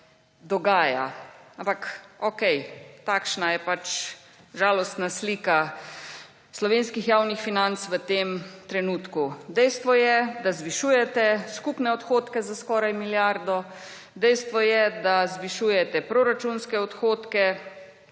dogaja. Ampak okej, takšna je pač žalostna slika slovenskih javnih financ v tem trenutku. Dejstvo je, da zvišujete skupne odhodke za skoraj milijardo. Dejstvo je, da zvišujete proračunske odhodke